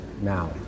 now